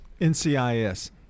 NCIS